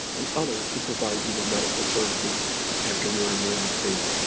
and others who provide you with medical services after your enrollment date.